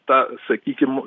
ta sakykim